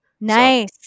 Nice